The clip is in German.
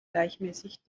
gleichmäßig